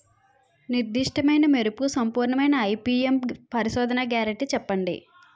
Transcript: నిర్దిష్ట మెరుపు సంపూర్ణమైన ఐ.పీ.ఎం పరిశోధన గ్యారంటీ చెప్పండి?